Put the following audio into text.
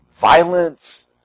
violence